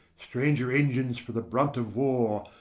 stranger engines for the brunt of war,